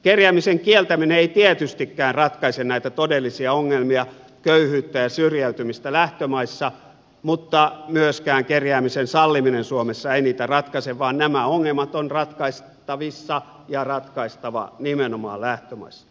kerjäämisen kieltäminen ei tietystikään ratkaise näitä todellisia ongelmia köyhyyttä ja syrjäytymistä lähtömaissa mutta myöskään kerjäämisen salliminen suomessa ei niitä ratkaise vaan nämä ongelmat on ratkaistavissa ja ratkaistava nimenomaan lähtömaissa